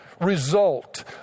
result